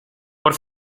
por